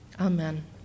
Amen